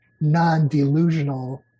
non-delusional